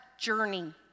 journey